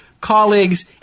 colleagues